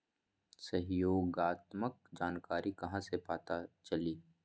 सहयोगात्मक जानकारी कहा से पता चली?